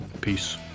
Peace